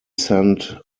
sent